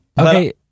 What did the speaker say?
Okay